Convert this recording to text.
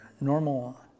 normal